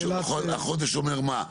חודש אומר מה?